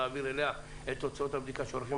להעביר אליה את תוצאות הבדיקה שעורכים